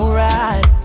right